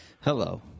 Hello